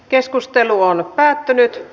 keskustelu päättyi